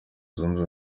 zunze